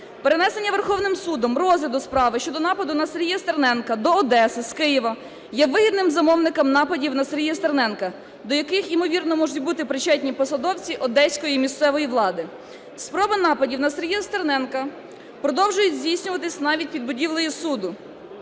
Перенесення Верховним Судом розгляду справи щодо нападу на Сергія Стерненка до Одеси з Києва є вигідним замовникам нападів на Сергія Стерненка, до яких ймовірно можуть бути причетні посадовці одеської місцевої влади. Спроби нападів на Сергія Стерненка продовжують здійснюватись навіть під будівлею суду.